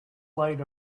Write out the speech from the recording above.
light